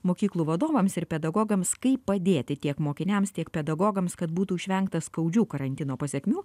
mokyklų vadovams ir pedagogams kaip padėti tiek mokiniams tiek pedagogams kad būtų išvengta skaudžių karantino pasekmių